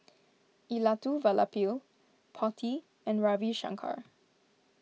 Elattuvalapil Potti and Ravi Shankar